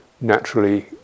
naturally